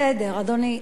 בסדר, אדוני.